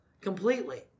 completely